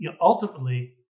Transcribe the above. ultimately